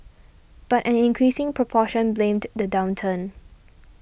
but an increasing proportion blamed the downturn